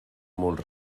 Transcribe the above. molt